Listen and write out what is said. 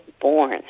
born